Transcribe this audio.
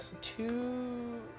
two